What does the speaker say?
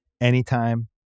Anytime